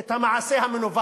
את המעשה המנוול הזה.